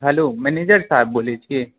hello manager साहेब बोलै छी